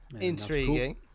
intriguing